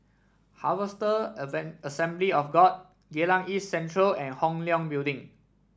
Harvester Assembly of God Geylang East Central and Hong Leong Building